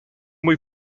muy